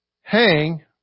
hang